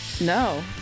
no